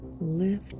lift